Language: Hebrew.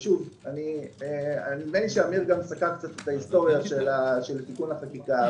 נדמה לי שאמיר דהן סקר קצת את ההיסטוריה של תיקון החקיקה.